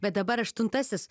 bet dabar aštuntasis